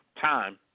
time